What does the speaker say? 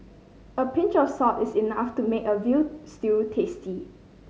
a pinch of salt is enough to make a veal stew tasty